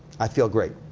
i feel great.